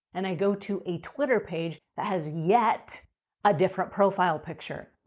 and i go to a twitter page that has yet a different profile picture.